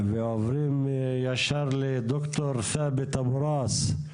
ועוברים ישר לד"ר ת'אבת אבו ראס.